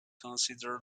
consider